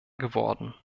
geworden